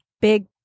big